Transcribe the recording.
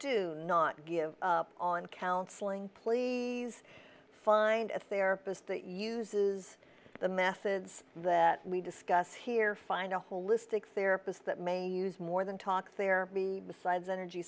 do not give up on counseling please find a therapist that uses the message that we discuss here find a holistic therapist that may use more than talk therapy besides energy